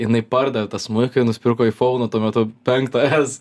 jinai pardavė tą smuiką ir nusipirko aifouną tuo metu penktą s